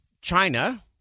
China